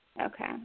Okay